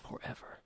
forever